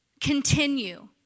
continue